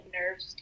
nerves